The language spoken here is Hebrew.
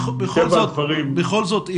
בכל זאת,